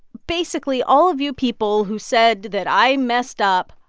basically, all of you people who said that i messed up,